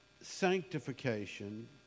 sanctification